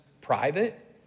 private